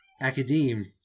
Academe